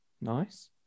nice